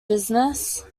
business